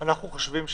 אנחנו חושבים,